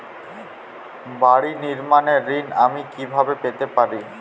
বাড়ি নির্মাণের ঋণ আমি কিভাবে পেতে পারি?